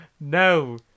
No